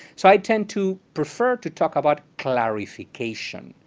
so i tend to prefer to talk about clarification.